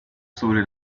sobre